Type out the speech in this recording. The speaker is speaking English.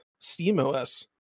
SteamOS